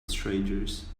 strangers